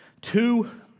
two